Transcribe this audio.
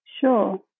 sure